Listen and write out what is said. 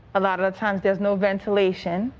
a lot of the times there is no ventilation.